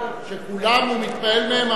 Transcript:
הוא מתפעל מהם,